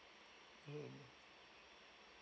mm